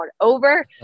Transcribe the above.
over